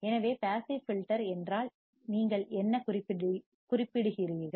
எனவே passive filter என்றால் நீங்கள் என்ன குறிப்பிடுகிறீர்கள்